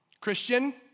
Christian